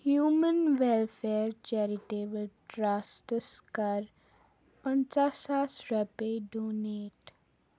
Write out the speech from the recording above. human welfare charitable ٹرٛسٹٕس کَر پنٛژاہ ساس رۄپیہِ ڈونیٹ